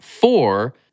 four